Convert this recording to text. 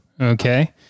okay